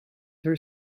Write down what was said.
her